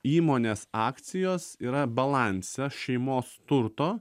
įmonės akcijos yra balanse šeimos turto